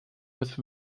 with